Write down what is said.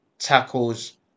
Tackles